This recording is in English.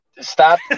stop